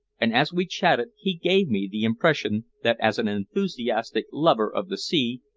and as we chatted he gave me the impression that as an enthusiastic lover of the sea,